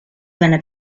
venne